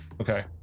Okay